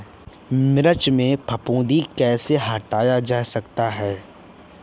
मिर्च में फफूंदी कैसे हटाया जा सकता है?